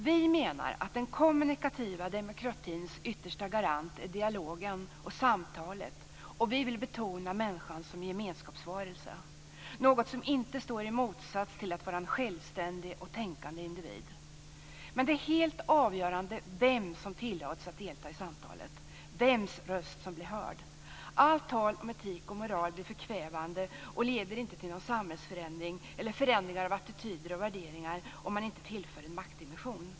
Vi menar att den kommunikativa demokratins yttersta garant är dialogen och samtalet, och vi vill betona människan som gemenskapsvarelse, något som inte står i motsats till att vara en självständig och tänkande individ. Men det är helt avgörande vem som tillåts att delta i samtalet, vems röst som blir hörd. Allt tal om etik och moral blir förkvävande och leder inte till någon samhällsförändring eller förändring av attityder och värderingar om man inte tillför en maktdimension.